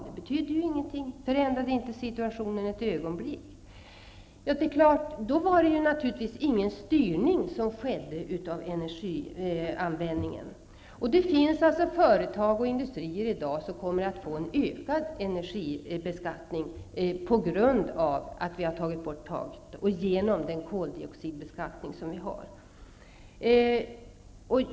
Det betydde ingenting och förändrade inte situationen ett dugg, blev svaret. Beslutet medförde således inte någon styrning av energianvändningen. Det finns industrier och företag som nu kommer att få en ökad energibeskattning på grund av att taket har tagits bort och genom den koldioxidbeskattning som vi har.